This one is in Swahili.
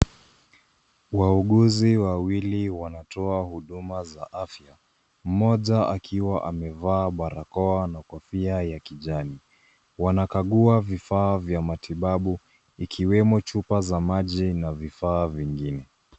Wauguzi wawili wanaotoa huduma za afya, mmoja akiwa amevaa barakoa na kofia ya kijani. Wanakagua vifaa vya matibabu ikiwemo chupa za maji na vifaa vingine.